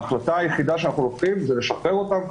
ההחלטה היחידה שאנחנו לוקחים זה לשחרר אותם,